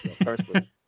Personally